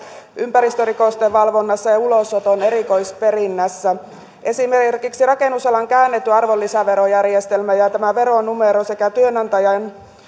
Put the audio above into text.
ympäristörikosten valvonnassa ja ulosoton erikoisperinnässä esimerkiksi rakennusalan käännetty arvonlisäverojärjestelmä ja tämä veronumero sekä